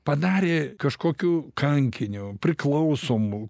padarė kažkokiu kankiniu priklausomu